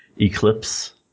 Eclipse